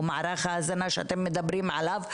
או מערך ההזנה שאתם מדברים עליו,